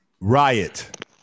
Riot